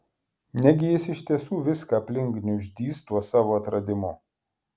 negi jis iš tiesų viską aplink gniuždys tuo savo atradimu